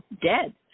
dead